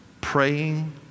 praying